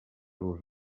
los